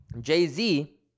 Jay-Z